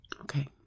Okay